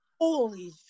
Holy